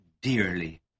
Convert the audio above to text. dearly